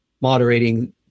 moderating